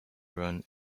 run